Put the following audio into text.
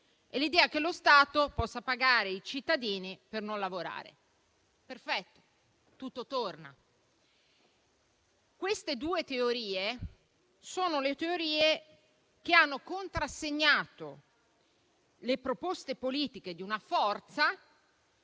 e l'idea che lo Stato possa pagare i cittadini per non lavorare. Perfetto: tutto torna. Queste due teorie hanno contrassegnato le proposte politiche di una forza